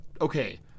okay